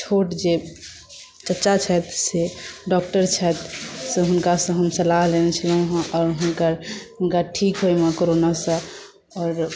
छोट जे चाचा छथि से डॉक्टर छथि से हुनकासँ हम सलाह लेने छलहुँ आओर हुनका ठीक होइमे कोरोनासँ आओर